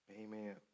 Amen